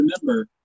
remember